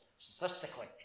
Statistically